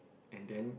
and then